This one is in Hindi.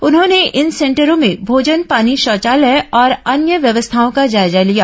उन्होंने इन सेंटरों में भोजन पानी शौचालय और अन्य व्यवस्थाओं का जायजा लिया